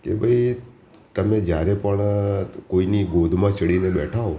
કે ભાઈ તમે જ્યારે પણ કોઈની ગોદમાં ચઢીને બેઠા હો